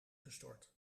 gestort